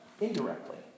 indirectly